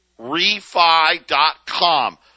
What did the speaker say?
refi.com